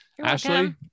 Ashley